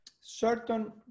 certain